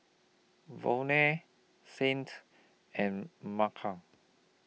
Volney Saint and Mekhi